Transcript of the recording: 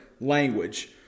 language